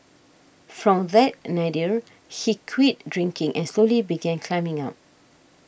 from that nadir he quit drinking and slowly began climbing up